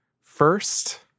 first